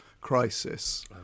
crisis